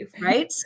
right